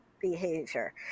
behavior